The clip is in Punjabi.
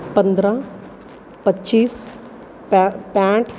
ਪੰਦਰ੍ਹਾਂ ਪਚੀਸ ਪੈ ਪੈਂਹਠ